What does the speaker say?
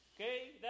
Okay